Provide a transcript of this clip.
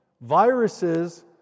Viruses